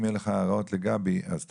אם יהיו לך הערות לגבי אז תענה.